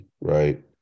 right